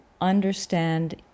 understand